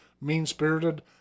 mean-spirited